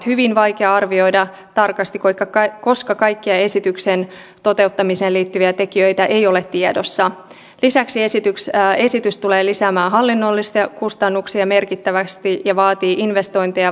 hyvin vaikea arvioida tarkasti koska kaikkia esityksen toteuttamiseen liittyviä tekijöitä ei ole tiedossa lisäksi esitys tulee lisäämään hallinnollisia kustannuksia merkittävästi ja vaatii investointeja